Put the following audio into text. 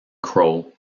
crow